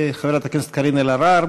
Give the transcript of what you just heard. חברת הכנסת קארין אלהרר.